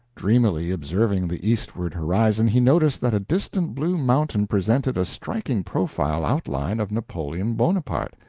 dreamily observing the eastward horizon, he noticed that a distant blue mountain presented a striking profile outline of napoleon bonaparte.